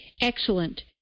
excellent